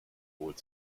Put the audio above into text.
holt